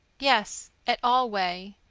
yes, at allway.